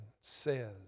says